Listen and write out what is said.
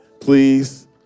please